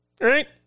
right